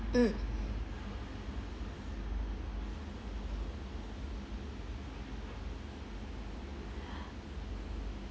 mm